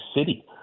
city